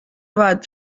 bat